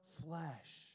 flesh